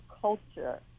culture